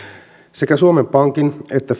sekä suomen pankin että